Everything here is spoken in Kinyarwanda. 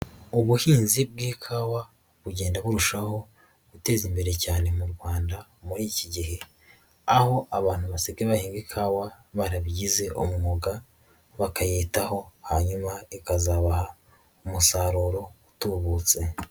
Ubuhinzi bw'ikawa bugenda burushaho guteza imbere cyane mu Rwanda muri iki gihe, aho abantu basigaye bahinga ikawa barabigize umwuga, bakayitaho hanyuma ikazabaha umusaruro utubutse.